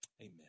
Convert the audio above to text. Amen